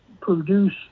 produce